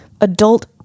adult